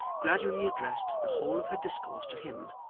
gradually addressed the whole of her discourse to him,